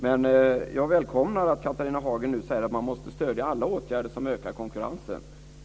Men jag välkomnar att Catharina Hagen säger att man måste stödja alla åtgärder som ökar konkurrensen.